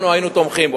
אנחנו היינו תומכים בו.